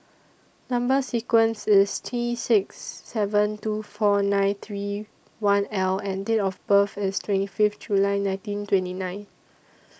Number sequence IS T six seven two four nine three one L and Date of birth IS twenty Fifth July nineteen twenty nine